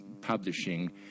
publishing